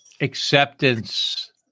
acceptance